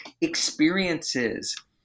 experiences